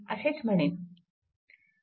असेच म्हणेन